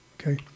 Okay